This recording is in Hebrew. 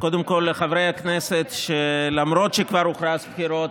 קודם כול לחברי הכנסת שלמרות שכבר הוכרז על בחירות,